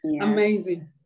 Amazing